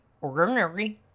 ordinary